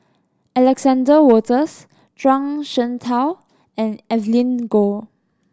Alexander Wolters Zhuang Shengtao and Evelyn Goh